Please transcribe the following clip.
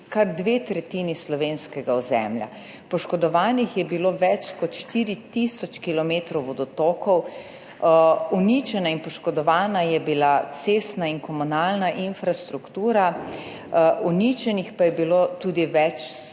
kar dve tretjini slovenskega ozemlja, poškodovanih je bilo več kot 4 tisoč kilometrov vodotokov, uničena in poškodovana je bila cestna in komunalna infrastruktura, uničenih pa je bilo tudi več sto